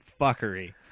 fuckery